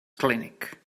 clinic